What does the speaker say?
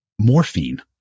morphine